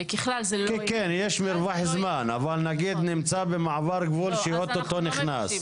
כשיש מרווח זמן אבל נגיד מישהו נמצא במעבר גבול ועוד מעט נכנס.